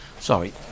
Sorry